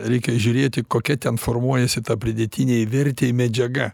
reikia žiūrėti kokia ten formuojasi ta pridėtinei vertei medžiaga